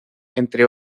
entre